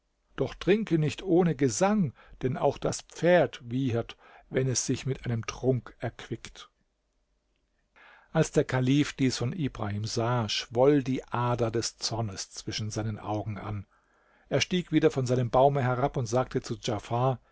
doch trinke nicht ohne gesang denn auch das pferd wiehert wenn es sich mit einem trunk erquickt als der kalif dies von ibrahim sah schwoll die ader des zornes zwischen seinen augen an er stieg wieder von seinem baume herab und sagte zu